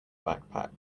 backpack